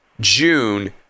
June